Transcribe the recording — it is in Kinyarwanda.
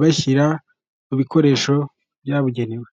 bashyira mu bikoresho byabugenewe.